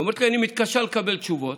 היא אומרת לי: אני מתקשה לקבל תשובות,